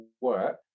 work